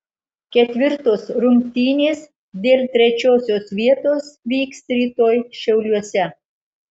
ketvirtos rungtynės dėl trečiosios vietos vyks rytoj šiauliuose